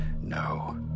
No